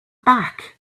back